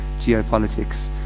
geopolitics